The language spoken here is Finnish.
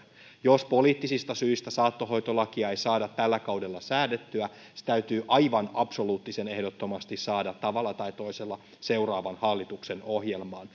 jos poliittisista syistä saattohoitolakia ei saada tällä kaudella säädettyä se täytyy aivan absoluuttisen ehdottomasti saada tavalla tai toisella seuraavan hallituksen ohjelmaan